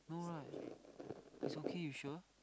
no right it's okay you sure